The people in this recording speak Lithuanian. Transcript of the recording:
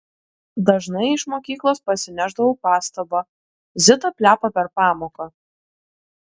dažnai iš mokyklos parsinešdavau pastabą zita plepa per pamoką